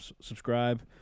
Subscribe